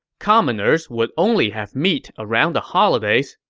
commoners would only have meat around the holidays,